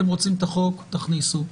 אתם רוצים את החוק תכניסו.